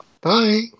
Bye